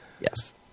yes